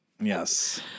Yes